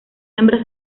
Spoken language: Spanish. hembras